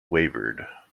wavered